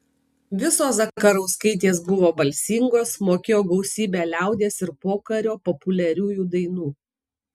visos zakarauskaitės buvo balsingos mokėjo gausybę liaudies ir pokario populiariųjų dainų